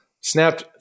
Snapped